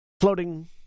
floating